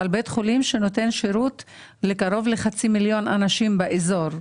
מדובר על בית חולים שנותן שירות לקרוב לחצי מיליון אנשים באזור.